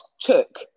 took